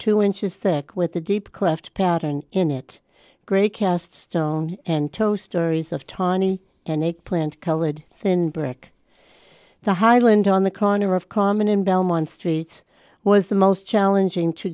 two inches thick with a deep cleft pattern in it great cast stone and toe stories of tawny and a plant colored thin brick the highland on the corner of common in belmont street was the most challenging to